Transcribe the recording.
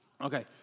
Okay